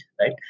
right